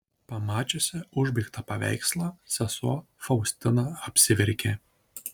pamačiusi užbaigtą paveikslą sesuo faustina apsiverkė